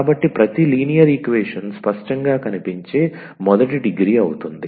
కాబట్టి ప్రతి linear equation స్పష్టంగా కనిపించే మొదటి డిగ్రీ అవుతుంది